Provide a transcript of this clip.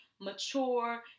mature